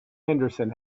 henderson